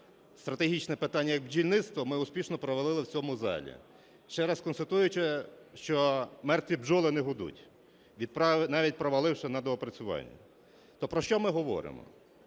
стратегічне питання, як бджільництво, ми успішно провалили в цьому залі, ще раз констатуючи, що мертві бджоли не гудуть, навіть проваливши на доопрацюванні. То про що ми говоримо?